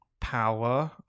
power